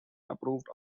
approved